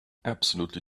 absolutely